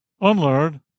unlearn